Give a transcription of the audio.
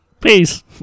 Peace